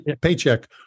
paycheck